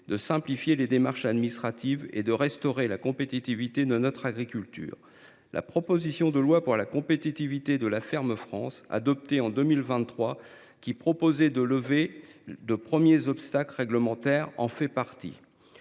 de simplifier les démarches administratives et de restaurer la compétitivité de notre agriculture. La proposition de loi pour un choc de compétitivité en faveur de la ferme France, adoptée en 2023, qui tend à lever de premiers obstacles réglementaires, y contribue.